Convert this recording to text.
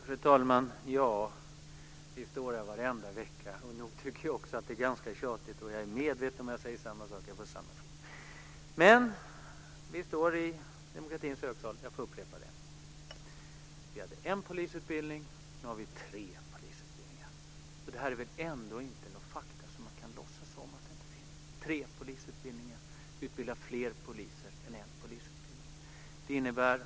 Fru talman! Vi står här varenda vecka. Jag tycker också att det är ganska tjatigt. Jag är medveten om att jag säger samma saker och får samma frågor. Men detta är demokratins högsäte, och jag får upprepa det jag sagt. Vi hade en polisutbildning. Nu har vi tre polisutbildningar. Man kan inte låtsas som att det inte är ett faktum. Tre polisutbildningar utbildar fler poliser än en polisutbildning.